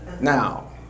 now